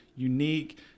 Unique